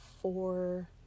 four